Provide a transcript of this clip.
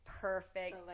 perfect